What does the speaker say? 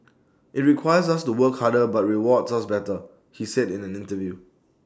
IT requires us to work harder but rewards us better he said in an interview